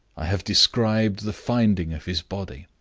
i have described the finding of his body.